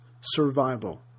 survival